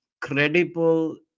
credible